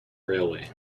railway